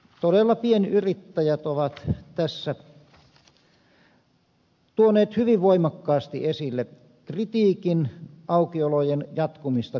todella pienyrittäjät ovat tässä tuoneet hyvin voimakkaasti esille kritiikin aukiolojen jatkumista kohtaan